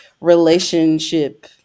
relationship